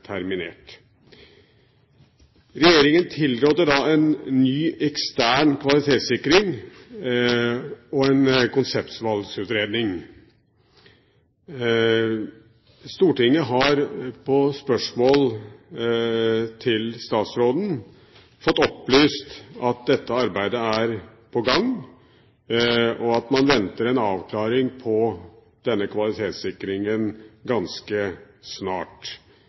terminert. Regjeringen tilrådde da en ny ekstern kvalitetssikring og en konseptvalgutredning. Stortinget har på spørsmål til statsråden fått opplyst at dette arbeidet er i gang, og at man venter en avklaring på denne kvalitetssikringen ganske snart.